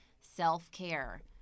self-care